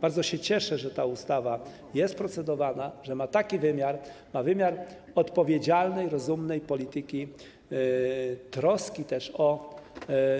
Bardzo się cieszę, że ta ustawa jest procedowana, że ma taki wymiar, ma wymiar odpowiedzialnej, rozumnej polityki, troski też o